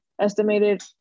estimated